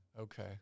Okay